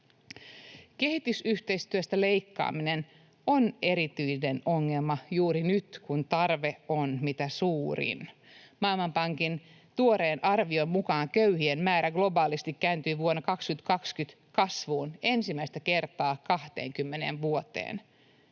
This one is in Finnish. Kehitysyhteistyöstä leikkaaminen on erityinen ongelma juuri nyt, kun tarve on mitä suurin. Maailmanpankin tuoreen arvion mukaan köyhien määrä globaalisti kääntyi vuonna 2020 kasvuun ensimmäistä kertaa 20 vuoteen.